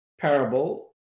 parable